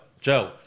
Joe